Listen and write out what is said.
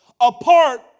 apart